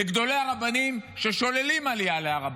בניגוד לגדולי הרבנים ששוללים עלייה להר הבית,